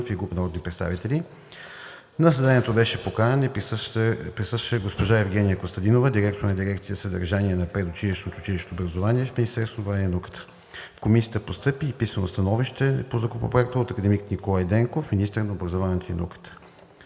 и група народни представители. На заседанието беше поканена и присъстваше госпожа Евгения Костадинова, директор на дирекция „Съдържание на предучилищното и училищно образование“ в Министерството на образованието и науката. В Комисията постъпи и писмено становище по Законопроекта от академик Николай Денков, министър на образованието и науката.